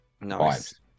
nice